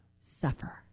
Suffer